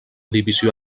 divisió